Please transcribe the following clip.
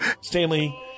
Stanley